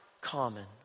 common